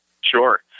Sure